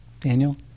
Daniel